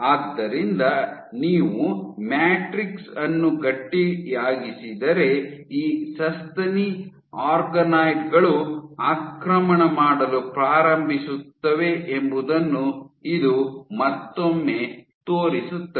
ಆದ್ದರಿಂದ ನೀವು ಮ್ಯಾಟ್ರಿಕ್ಸ್ ಅನ್ನು ಗಟ್ಟಿಯಾಗಿಸಿದರೆ ಈ ಸಸ್ತನಿ ಆರ್ಗನಾಯ್ಡ್ ಗಳು ಆಕ್ರಮಣ ಮಾಡಲು ಪ್ರಾರಂಭಿಸುತ್ತವೆ ಎಂಬುದನ್ನು ಇದು ಮತ್ತೊಮ್ಮೆ ತೋರಿಸುತ್ತದೆ